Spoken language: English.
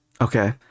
Okay